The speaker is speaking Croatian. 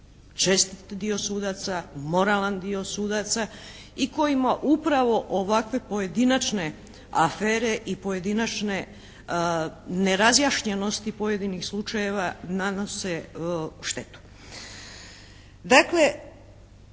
čestit dio sudaca, moralan dio sudaca i kojima upravo ovakve pojedinačne afere i pojedinačne nerazjašnjenosti pojedinih slučajeva nanose štetu.